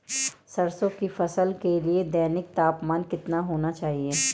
सरसों की फसल के लिए दैनिक तापमान कितना होना चाहिए?